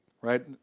right